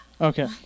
Okay